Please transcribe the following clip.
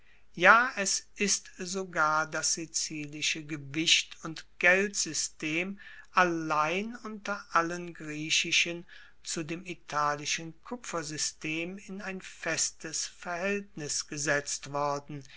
ja es ist sogar das sizilische gewicht und geldsystem allein unter allen griechischen zu dem italischen kupfersystem in ein festes verhaeltnis gesetzt worden